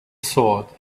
sword